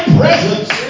presence